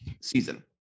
season